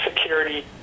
security